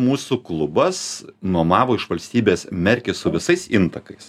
mūsų klubas nuomavo iš valstybės merkį su visais intakais